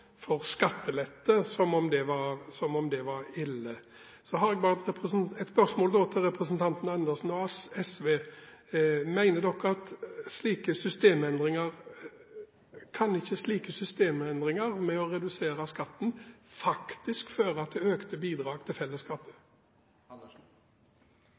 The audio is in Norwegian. skattelette, som om det var ille. Jeg har et spørsmål til representanten Andersen: Mener ikke SV at slike systemendringer, som å redusere skatten, faktisk fører til økte bidrag til fellesskapet?